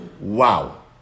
Wow